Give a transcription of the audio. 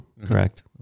correct